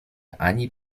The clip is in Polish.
ani